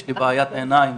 יש לי בעיית עיניים.